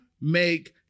make